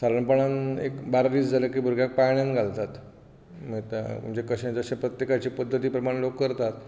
सादारणपणान एक बारा दीस जाले की भुरग्याक पाळण्यांत घालतात आतां म्हणजे कशें जशे प्रत्येकाची पद्दती प्रमाणे लोक करतात